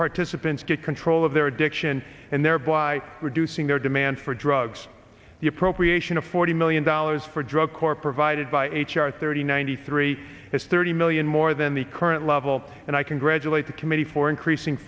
participants get control of their addiction and thereby reducing their demand for drugs the appropriation of forty million dollars for drug corps provided by h r thirty nine hundred three is thirty million more than the current level and i congratulate the committee for increasing